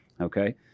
Okay